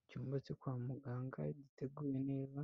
Icyumba cyo kwa muganga giteguye neza,